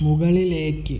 മുകളിലേക്ക്